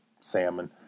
salmon